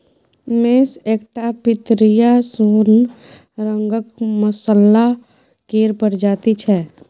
मेस एकटा पितरिया सोन रंगक मसल्ला केर प्रजाति छै